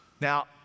Now